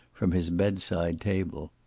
from his bedside table.